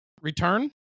return